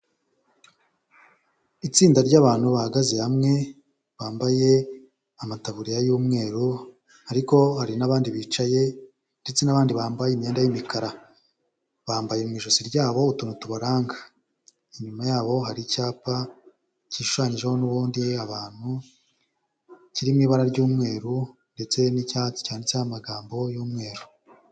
Itsinda ry'abantu bahagaze hamwe, bambaye amataburiya y'umweru ariko hari n'abandi bicaye ndetse n'abandi bambaye imyenda y'imikara, bambaye mu ijosi ryabo utuntu tubaranga, inyuma yabo hari icyapa gishushanyijeho n'ubundi abantu, kiri mu ibara ry'umweru ndetse n'icyatsi, cyanditseho amagambo y'umweru.